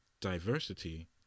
diversity